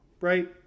Right